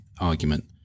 argument